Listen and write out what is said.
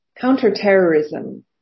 Counterterrorism